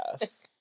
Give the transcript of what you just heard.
Yes